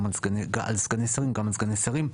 גם על סגני שרים.